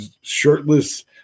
shirtless